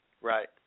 Right